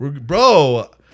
bro